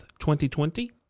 2020